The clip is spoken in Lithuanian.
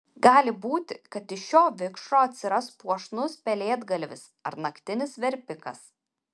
gali būti kad iš šio vikšro atsiras puošnus pelėdgalvis ar naktinis verpikas